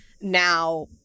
now